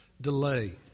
Delay